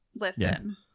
listen